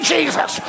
Jesus